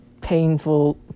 painful